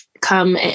come